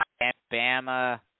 Alabama